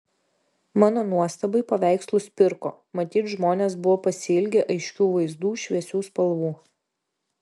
mano nuostabai paveikslus pirko matyt žmonės buvo pasiilgę aiškių vaizdų šviesių spalvų